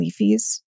leafies